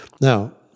Now